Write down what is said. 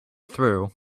through